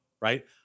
right